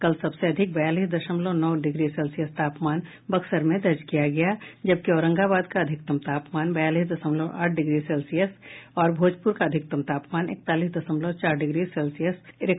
कल सबसे अधिक बयालीस दशमलव नौ डिग्री सेल्सियस तापमान बक्सर में दर्ज किया गया जबकि औरंगाबाद का अधिकतम तापमान बयालीस दशमलव आठ और भोजपुर का अधिकतम तापमान इकतालीस दशमलव चार डिग्री सेल्सियस रहा